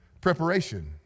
preparation